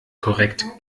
korrekt